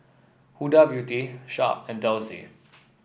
Huda Beauty Sharp and Delsey